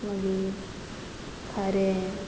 मागीर खारें